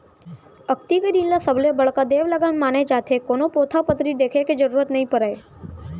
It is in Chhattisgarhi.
अक्ती के दिन ल सबले बड़का देवलगन माने जाथे, कोनो पोथा पतरी देखे के जरूरत नइ परय